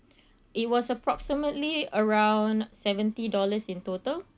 it was approximately around seventy dollars in total